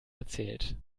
erzählt